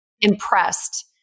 impressed